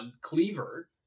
Cleaver